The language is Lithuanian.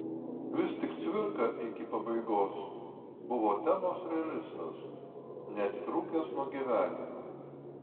vis tik cvirka iki pabaigos buvo temos realistas neatitrūkęs nuo gyvenimo